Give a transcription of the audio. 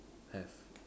have